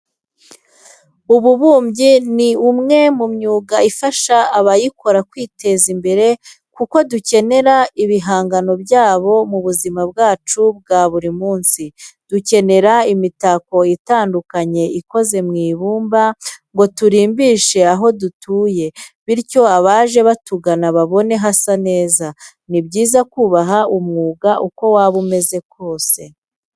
Ububumbyi ni umwe mu myuga ifasha abayikora kwiteza imbere kuko dukenera ibihangano byabo mu buzima bwacu bwa buri munsi. Dukenera imitako itandukanye ikoze mu ibumba ngo turimbishe aho dutuye bityo abaje batugana babone hasa neza. Ni byiza kubaha umwuga uko waba umeze kose.